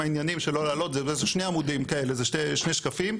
זה שקפים,